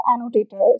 annotators